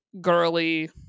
girly